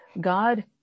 God